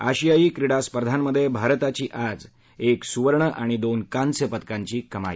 आशियाई क्रिडा स्पर्धांमध्ये भारताची आज एक सुवर्ण आणि दोन कांस्य पदकांची कमाई